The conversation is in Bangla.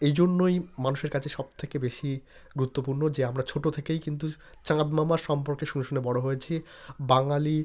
এই জন্যই মানুষের কাছে সব থেকে বেশি গুরুত্বপূর্ণ যে আমরা ছোটো থেকেই কিন্তু চাঁদ মামার সম্পর্কে শুনে শুনে বড়ো হয়েছি বাঙালি